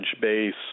base